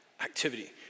activity